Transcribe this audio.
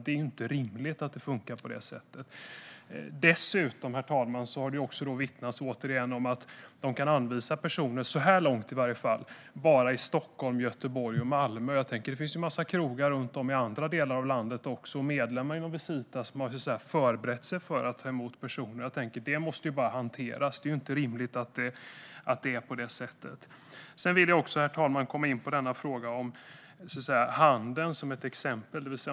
Det är inte rimligt att det funkar på det sättet. Dessutom, herr talman, har det återigen vittnats om att de bara kan anvisa personer - så här långt i varje fall - i Stockholm, Göteborg och Malmö. Det finns ju en massa krogar runt om i andra delar av landet också. Medlemmar inom Visita har förberett sig för att ta emot personer. Jag tänker att det här bara måste hanteras. Det är inte rimligt att det är på det här sättet. Sedan vill jag också, herr talman, komma in på frågan om handeln som ett exempel.